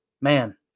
man